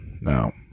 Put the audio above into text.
now